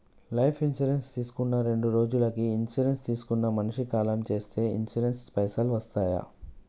Life insurance తీసుకున్న రెండ్రోజులకి insurance తీసుకున్న మనిషి కాలం చేస్తే ఇన్సూరెన్స్ పైసల్ వస్తయా?